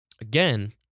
Again